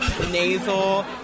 nasal